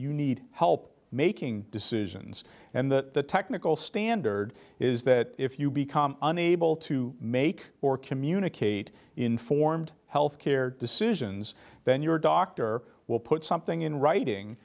you need help making decisions and the technical standard is that if you become unable to make or communicate informed healthcare decisions then your doctor will put